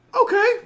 okay